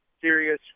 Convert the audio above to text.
serious